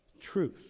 Truth